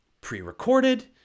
pre-recorded